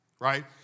right